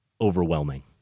overwhelming